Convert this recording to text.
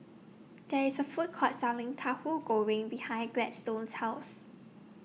There IS A Food Court Selling Tahu Goreng behind Gladstone's House